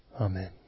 Amen